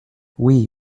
oui